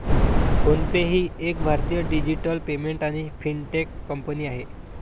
phone पे ही एक भारतीय डिजिटल पेमेंट आणि फिनटेक कंपनी आहे